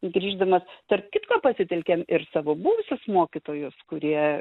grįždamas tarp kitko pasitelkiam ir savo buvusius mokytojus kurie